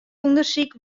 ûndersyk